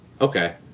Okay